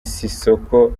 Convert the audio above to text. sisqo